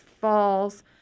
Falls